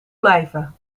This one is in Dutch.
blijven